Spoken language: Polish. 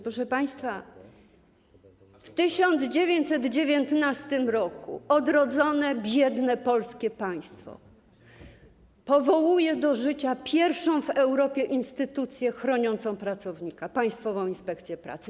Proszę państwa, w 1919 r. odrodzone biedne polskie państwo powołuje do życia pierwszą w Europie instytucję chroniącą pracownika - Państwową Inspekcję Pracy.